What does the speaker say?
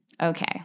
okay